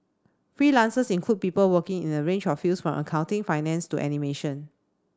freelancers include people working in a range of fields from accounting finance to animation